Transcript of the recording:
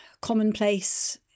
commonplace